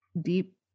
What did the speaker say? deep